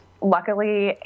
luckily